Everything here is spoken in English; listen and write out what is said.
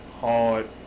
hard